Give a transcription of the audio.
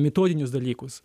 metodinius dalykus